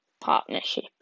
partnership